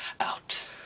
out